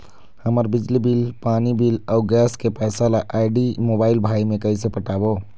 हमर बिजली बिल, पानी बिल, अऊ गैस के पैसा ला आईडी, मोबाइल, भाई मे कइसे पटाबो?